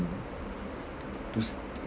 to send